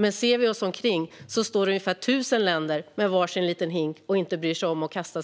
Men ser vi oss omkring ser vi att det står ungefär tusen länder med var sin liten hink som de inte bryr sig om att kasta